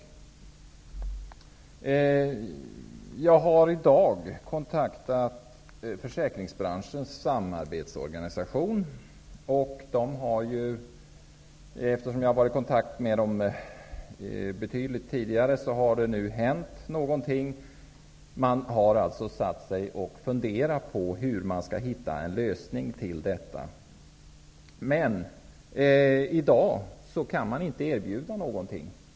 Jag har i dag kontaktat Försäkringsbranschens samarbetsorganisation. Eftersom jag även tidigare haft kontakt med dem vid flera tillfällen, har nu någonting hänt. Man har nu börjat att fundera över hur man skall finna en lösning på detta. Men man kan i dag inte erbjuda någonting.